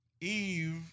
Eve